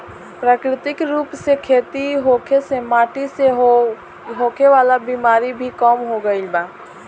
प्राकृतिक रूप से खेती होखे से माटी से होखे वाला बिमारी भी कम हो गईल बा